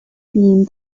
beam